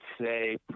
say